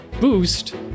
boost